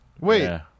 Wait